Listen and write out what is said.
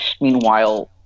meanwhile